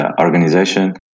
organization